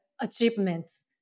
achievements